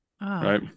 Right